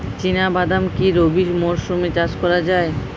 চিনা বাদাম কি রবি মরশুমে চাষ করা যায়?